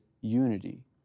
unity